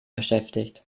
beschäftigt